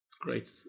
Great